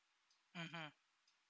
mmhmm